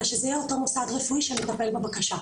אלא שזה יהיה אותו מוסד רפואי שמטפל בבקשה.